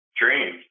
dream